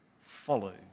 follow